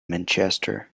manchester